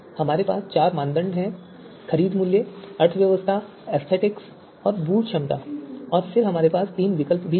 हमारे पास चार मानदंड हैं खरीद मूल्य अर्थव्यवस्था सौंदर्यशास्त्र और बूट क्षमता और फिर हमारे पास तीन विकल्प भी हैं